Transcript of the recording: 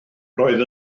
roedd